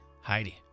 Heidi